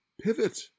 Pivot